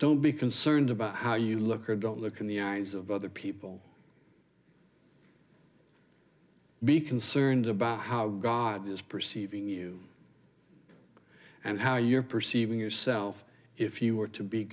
don't be concerned about how you look or don't look in the eyes of other people be concerned about how god is perceiving you and how you're perceiving yourself if you were to be